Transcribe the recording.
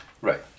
Right